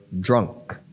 drunk